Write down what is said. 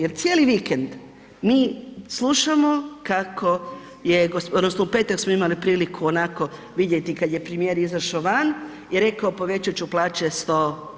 Jer cijeli vikend mi slušamo kako je, odnosno u petak smo imali priliku onako vidjeti kad je premijer izašao van i rekao povećat ću plaće 100%